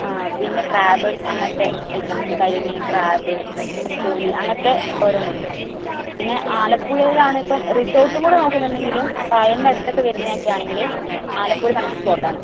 പിന്നെ ക്രാബ് അങ്ങനത്തെ ഐറ്റംസ് കരിമീൻ ക്രാബ് നത്തോലി അങ്ങനത്തെ ഓരോന്നുണ്ട് പിന്നെ ആലപ്പുഴയിലാണെങ്കിലിപ്പം റിസോർട്ടും കൂടെ നോക്കുന്നുണ്ടെങ്കിൽ കായലിന്റെ അടുത്തൊക്കെ വരുന്നതൊക്കെയാണെങ്കിൽ ആലപ്പുഴ നല്ലൊരു സ്പോട്ടാണ്